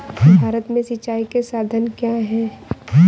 भारत में सिंचाई के साधन क्या है?